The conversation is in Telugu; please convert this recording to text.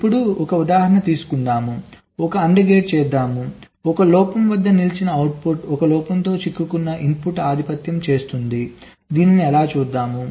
ఇప్పుడు ఒక ఉదాహరణ తీసుకుందాం ఒక AND గేట్ చేద్దాం 1 లోపం వద్ద నిలిచిన అవుట్పుట్ 1 లోపంతో చిక్కుకున్న ఇన్పుట్ను ఆధిపత్యం చేస్తుంది ఎలా చూద్దాం